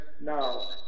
now